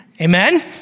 Amen